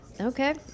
Okay